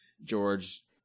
George